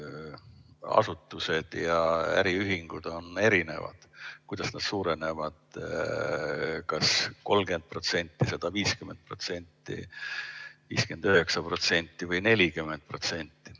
asutused ja äriühingud on erinevad. Kuidas nad suurenevad kas 30%, 150%, 59% või 40%?